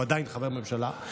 הוא עדיין חבר ממשלה,